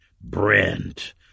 Brent